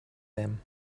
them